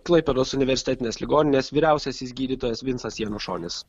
klaipėdos universitetinės ligoninės vyriausiasis gydytojas vinsas janušonis